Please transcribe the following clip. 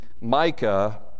Micah